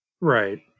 Right